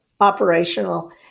operational